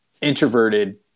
introverted